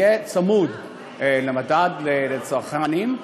יהיה צמוד למדד המחירים לצרכן,